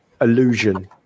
illusion